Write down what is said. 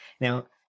Now